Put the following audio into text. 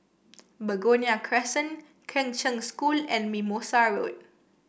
Begonia Crescent Kheng Cheng School and Mimosa Road